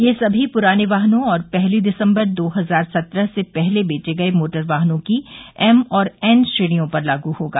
यह सभी पुराने वाहनों और पहली दिसम्बर दो हजार सत्रह से पहले बेचे गए मोटर वाहनों की एम और एन श्रेणियों पर लागू होगा